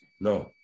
No